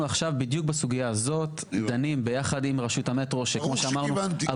אנחנו עכשיו בדיוק בסוגיה הזאת דנים ביחד עם רשות המטרו שכמו שאמרנו,